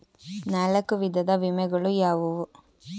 ನಾಲ್ಕು ವಿಧದ ವಿಮೆಗಳು ಯಾವುವು?